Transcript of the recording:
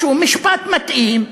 משהו, משפט מתאים.